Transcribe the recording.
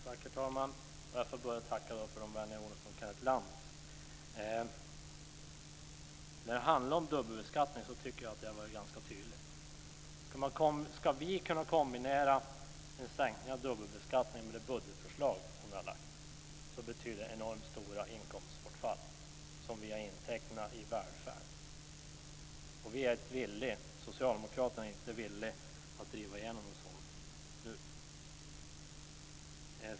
Herr talman! Jag får börja med att tacka för de vänliga orden från Kenneth Lantz. Jag tycker att jag har varit ganska tydlig när det gäller dubbelbeskattningen. Ska vi kunna kombinera en sänkning av dubbelbeskattningen med de budgetförslag som vi har lagt fram betyder det enormt stora inkomstbortfall, inkomster som vi har intecknat i välfärd. Vi socialdemokrater är inte villiga att nu driva igenom något sådant.